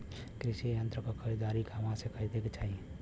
कृषि यंत्र क खरीदारी कहवा से खरीदे के चाही?